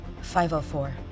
504